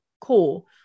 Cool